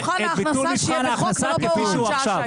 את מבחן ההכנסה, שיהיה בחוק ולא בהוראת שעה.